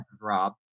Rob